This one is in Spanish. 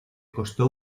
costó